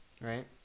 right